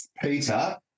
Peter